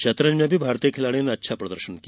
शतरंज में भी भारतीयों ने अच्छा प्रदर्शन किया